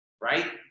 right